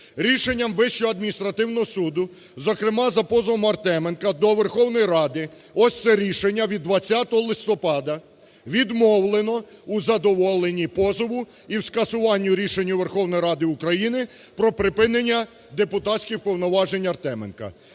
Рішенням Вищого адміністративного суду, зокрема, за позовом Артеменка до Верховної Ради, ось це рішення від 20 листопада, відмовлено у задоволенні позову і в скасуванню рішенню Верховної Ради України про припинення депутатських повноважень Артеменка.